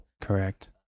correct